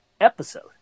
episode